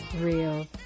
real